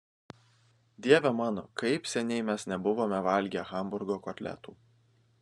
dieve mano kaip seniai mes nebuvome valgę hamburgo kotletų